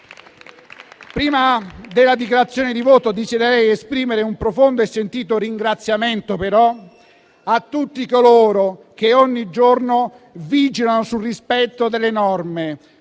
Prima della dichiarazione di voto, desidero esprimere un profondo e sentito ringraziamento a tutti coloro che, ogni giorno, vigilano sul rispetto delle norme.